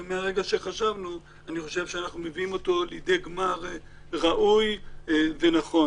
אנחנו מביאים אותו לידי גמר ראוי ונכון.